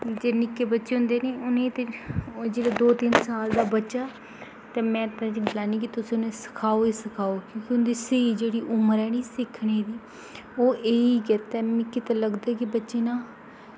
जे निक्के बच्चे होंदे ते उ'नें गी ते ओह् जेह्ड़ा दौ तिन्न साल दा बच्चा ते में चाह्ना कि तुस उ'नें गी सिक्खाओ गै सिखाओ तुं'दी जेह्ड़ी स्हेई उमर ऐ ना सिक्खनै दी ते ओह् ऐ गै ऐ ते मिगी लगदा कि एह् ना